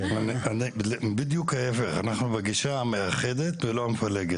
בדיוק ההיפך, אנחנו בגישה המאחדת ולא המפלגת.